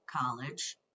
college